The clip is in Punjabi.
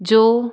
ਜੋ